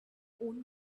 own